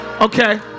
Okay